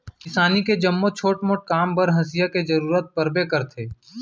किसानी के जम्मो छोट मोट काम बर हँसिया के जरूरत परबे करथे